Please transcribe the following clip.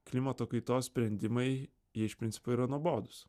klimato kaitos sprendimai jie iš principo yra nuobodūs